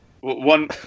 One